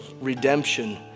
redemption